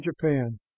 Japan